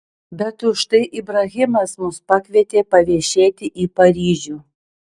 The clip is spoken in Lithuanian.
bet užtai ibrahimas mus pakvietė paviešėti į paryžių